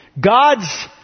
God's